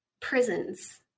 prisons